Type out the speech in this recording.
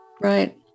Right